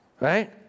Right